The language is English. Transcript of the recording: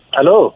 Hello